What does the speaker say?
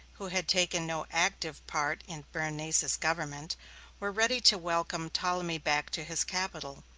who had taken no active part in berenice's government were ready to welcome ptolemy back to his capital.